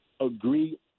agree